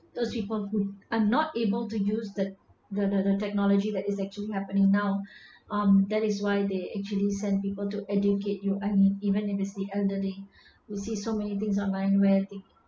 those people who are not able to use the the technology that is actually happening now um that is why they actually send people to educate you I mean even it's elderly you see so many things online where they